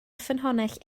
ffynhonnell